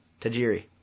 Tajiri